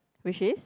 which is